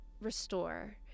restore